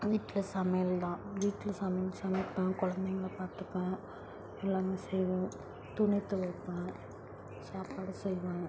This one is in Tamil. வீட்டில் சமையல் தான் வீட்டில் சமை சமைப்பேன் குலந்தைங்கள பார்த்துப்பேன் எல்லாமே செய்வேன் துணி துவைப்பேன் சாப்பாடு செய்வேன்